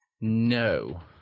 No